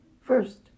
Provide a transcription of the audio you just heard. First